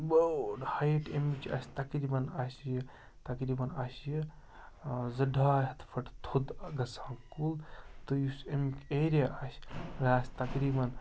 بٔڑ ہایٹ اَمِچ آسہِ تقریٖباً آسہِ یہِ تقریٖباً آسہِ یہِ زٕ ڈاے ہَتھ پھٕٹہٕ تھوٚد گژھان کُل تہٕ یُس اَمیُک ایریا آسہِ یہِ آسہِ تقریٖباً